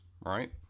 right